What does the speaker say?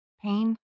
pain